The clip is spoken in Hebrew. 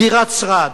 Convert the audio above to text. דירת שרד,